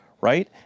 right